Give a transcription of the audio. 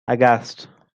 aghast